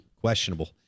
questionable